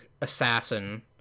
assassin